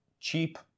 cheap